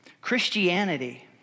Christianity